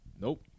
Nope